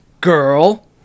girl